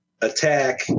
attack